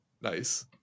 nice